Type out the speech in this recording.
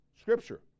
Scripture